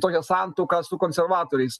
tokią santuoką su konservatoriais